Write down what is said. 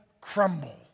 crumble